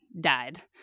died